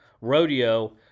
rodeo